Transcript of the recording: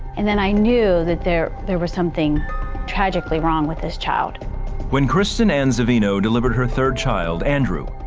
and then i knew that there there was something tragically wrong with this child. reporter when kristin and so you know delivered her third child, andrew,